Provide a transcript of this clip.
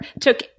took